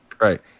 Right